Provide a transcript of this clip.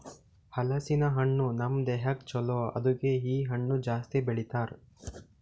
ಹಲಸಿನ ಹಣ್ಣು ನಮ್ ದೇಹಕ್ ಛಲೋ ಅದುಕೆ ಇ ಹಣ್ಣು ಜಾಸ್ತಿ ಬೆಳಿತಾರ್